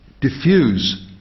diffuse